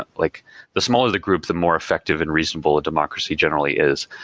ah like the smaller the group the more effective and reasonable a democracy generally is.